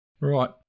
Right